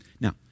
Now